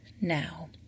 now